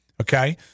okay